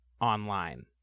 Online